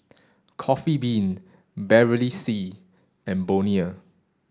Coffee Bean Bevy C and Bonia